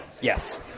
Yes